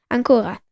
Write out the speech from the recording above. Ancora